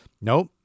Nope